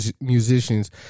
musicians